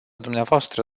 dvs